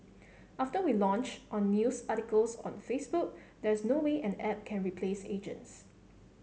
after we launched on news articles on Facebook there's no way an app can replace agents